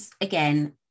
again